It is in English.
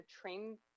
train –